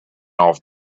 off